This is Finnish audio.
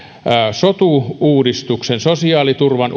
sotu uudistukseen sosiaaliturvan